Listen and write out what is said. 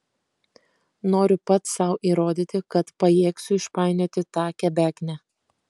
noriu pats sau įrodyti kad pajėgsiu išpainioti tą kebeknę